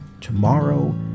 Tomorrow